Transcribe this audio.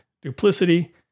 Duplicity